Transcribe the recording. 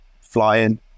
flying